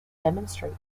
demonstrate